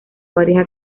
varias